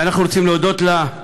ואנחנו רוצים להודות לה,